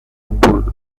bull